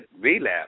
relapse